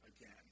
again